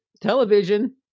television